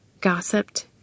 gossiped